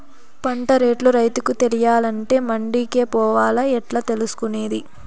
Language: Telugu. పంట రేట్లు రైతుకు తెలియాలంటే మండి కే పోవాలా? ఎట్లా తెలుసుకొనేది?